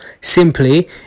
simply